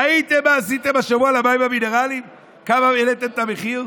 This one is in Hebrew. ראיתם מה עשיתם השבוע למים המינרליים וכמה העליתם את המחיר?